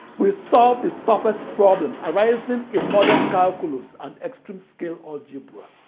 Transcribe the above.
we solved the toughest problems arising in modern calculus and extreme-scale algebra.